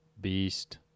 beast